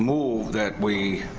move that we